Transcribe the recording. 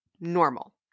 normal